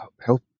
help